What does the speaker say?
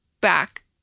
back